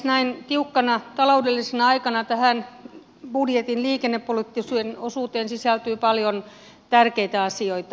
näin tiukkana taloudellisena aikana tähän budjetin liikennepoliittiseen osuuteen sisältyy paljon tärkeitä asioita